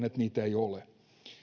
että niitä ei ole